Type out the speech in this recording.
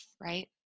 right